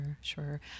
sure